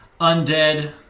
undead